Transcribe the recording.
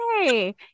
hey